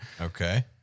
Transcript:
Okay